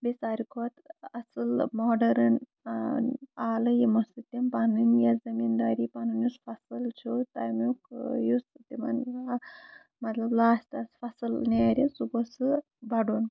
بیٚیہِ ساروی کھۄتہٕ اَصٕل مٲڈٲرٕنۍ آلہٕ یِمو سۭتۍ تِم پَنٕنۍ یہِ زٔمیٖن دٲری پَنٕنۍ یُس فصٕل چھُ تَمیُک یُس تِمن مطلب لاسٹس فَصٕل نیرِ سُہ گوٚژھ سُہ بَڑُن